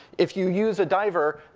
if you use a diver,